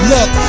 Look